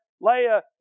Leah